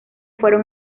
fueron